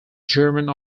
german